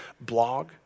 blog